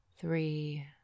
three